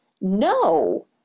No